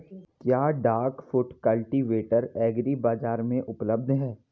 क्या duck foot cultivator agri bazaar में उपलब्ध है?